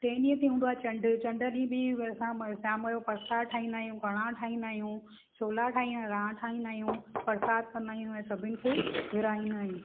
टें ॾींहं ते हूंदो आहे चंड चंड ॾींहुं बि असां शाम जो परसादु ठाहींदा आहियूं कड़ाह ठाहींदा आहियूं छोला ठाहींदा आहियूं रांह कंदा आहियूं परसादु कंदा आहियूं ऐं सभिनि खे विरिहाईंदा आहियूं